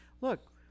look